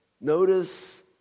Notice